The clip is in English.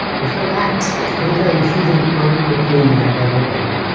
just relax. let me tell you, she's in far more pain than i've ever been